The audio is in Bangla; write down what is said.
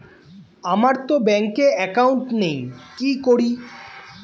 আমারতো ব্যাংকে একাউন্ট নেই কি করি?